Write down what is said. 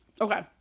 Okay